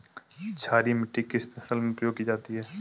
क्षारीय मिट्टी किस फसल में प्रयोग की जाती है?